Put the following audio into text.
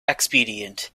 expedient